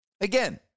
Again